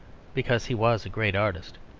because he was a great artist.